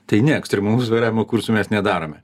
tai ne ekstremalaus vairavimo kursų mes nedarome